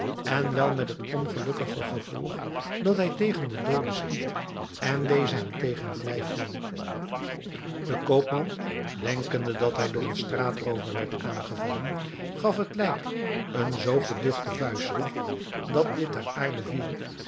en wel met het ongelukkig gevolg dat hij tegen den doode stiet en deze hem tegen het lijf viel de koopman denkende dat hij door een straatroover werd aangevallen gaf het lijk een zoo geduchten vuistslag dat dit ter aarde viel